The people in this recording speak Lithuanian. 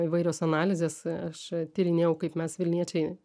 įvairios analizės aš tyrinėjau kaip mes vilniečiai